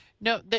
No